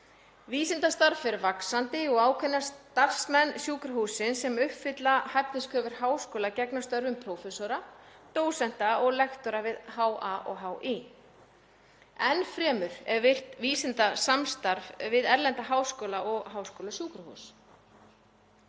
Vísindastarf fer vaxandi og ákveðnir starfsmenn sjúkrahússins sem uppfylla hæfnikröfur háskóla gegna störfum prófessora, dósenta og lektora við HA og HÍ. Enn fremur er virkt vísindasamstarf við erlenda háskóla og háskólasjúkrahús.